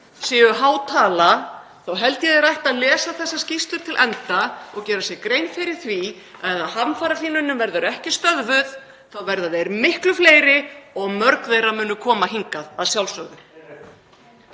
séu há tala þá held ég að þeir ættu að lesa þessar skýrslur til enda og gera sér grein fyrir því að ef hamfarahlýnunin verður ekki stöðvuð verða þeir miklu fleiri og mörg þeirra munu koma hingað, að sjálfsögðu.